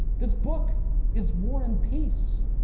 this book is war and peace.